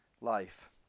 life